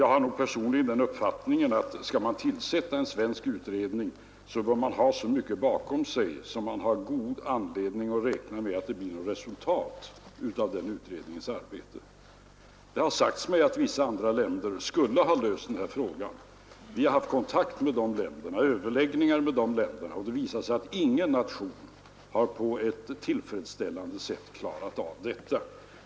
Jag har personligen den uppfattningen att skall man tillsätta en svensk utredning, bör man ha så mycket bakom sig att man har god anledning att räkna med att det blir resultat av den utredningens arbete. Det har sagts mig att vissa andra länder skulle ha löst denna fråga. Vi har haft kontakt och överläggningar med dessa länder, men det har visat sig att ingen nation har kunnat klara detta på ett tillfredsställande sätt.